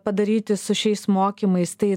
padaryti su šiais mokymais tai